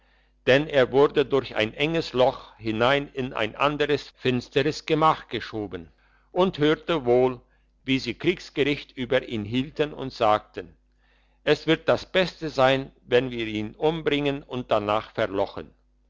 denn er wurde durch ein enges loch hinein in ein anderes finsteres gehalt geschoben und hörte wohl wie sie kriegsgericht über ihn hielten und sagten es wird das beste sein wenn wir ihn umbringen und danach verlochen